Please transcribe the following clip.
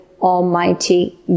almighty